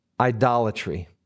idolatry